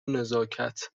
نزاکت